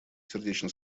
сердечно